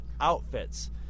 outfits